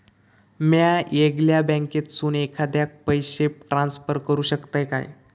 म्या येगल्या बँकेसून एखाद्याक पयशे ट्रान्सफर करू शकतय काय?